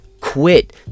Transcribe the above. Quit